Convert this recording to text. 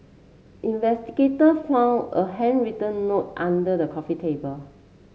investigator found a handwritten note under the coffee table